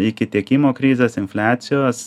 iki tiekimo krizės infliacijos